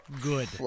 good